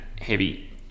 heavy